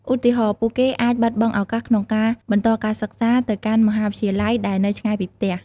ឧទាហរណ៍ ពួកគេអាចបាត់បង់ឱកាសក្នុងការបន្តការសិក្សាទៅកាន់មហាវិទ្យាល័យដែលនៅឆ្ងាយពីផ្ទះ។